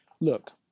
Look